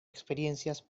experiencias